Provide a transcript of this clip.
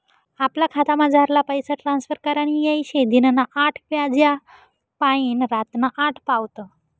आपला खातामझारला पैसा ट्रांसफर करानी येय शे दिनना आठ वाज्यापायीन रातना आठ पावत